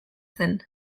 zen